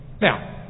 Now